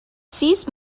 sis